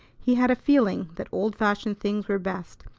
he had a feeling that old-fashioned things were best,